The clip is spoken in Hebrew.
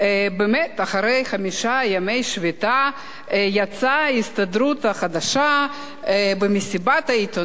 באמת אחרי חמישה ימי שביתה יצאה ההסתדרות החדשה במסיבת עיתונאים,